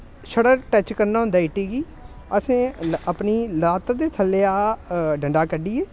छड़ा टच करना होंदा इट्टी गी असें अपनी ल'त्त दे थल्लेआ डंडा कड्ढियै